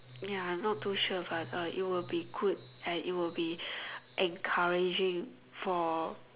ya I'm not to sure but uh it will be good and it will be encouraging for